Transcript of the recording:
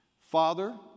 father